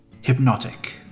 hypnotic